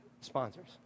sponsors